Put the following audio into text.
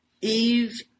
Eve